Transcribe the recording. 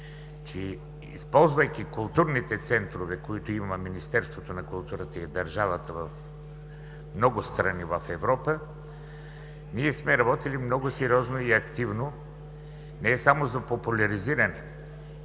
Използвайки културните центрове, които има Министерството на културата и държавата в много страни в Европа, ние сме работили много сериозно и активно не само за популяризиране